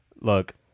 Look